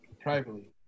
privately